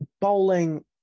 bowling